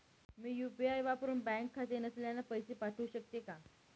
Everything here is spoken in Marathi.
मी यू.पी.आय वापरुन बँक खाते नसलेल्यांना पैसे पाठवू शकते का?